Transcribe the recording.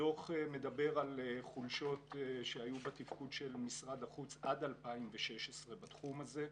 הדוח מדבר על חולשות שהיו בתפקוד של משרד החוץ עד 2016 בתחום הזה.